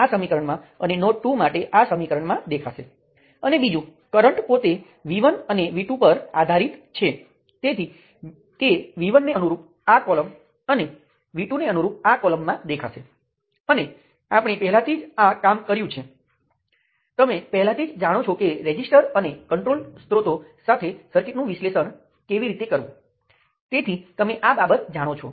પરંતુ કેટલાક કારણોસર પહેલાં તો નોડલ વિશ્લેષણ વધુ પસંદ કરવામાં આવે છે અને આ બધી વિસંગતતાઓને કારણે લૂપ વિશ્લેષણ જટિલ લાગે છે હું તેનાં પર કામ કરીશ નહીં હું ફક્ત મેશ વિશ્લેષણ વિશે વાત કરીશ